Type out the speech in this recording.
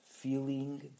Feeling